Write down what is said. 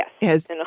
Yes